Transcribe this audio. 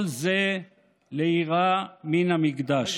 כל זה ליראה מן המקדש.